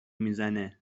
میزنه